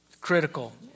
critical